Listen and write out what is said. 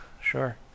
sure